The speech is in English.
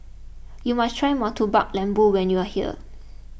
you must try Murtabak Lembu when you are here